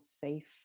safe